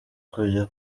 kujya